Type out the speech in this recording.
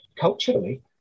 Culturally